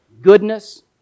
goodness